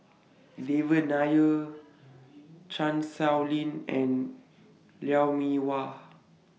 Devan Nair Chan Sow Lin and Lou Mee Wah